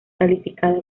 calificada